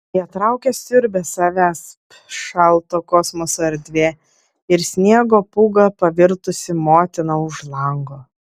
ją traukia siurbia savęsp šalto kosmoso erdvė ir sniego pūga pavirtusi motina už lango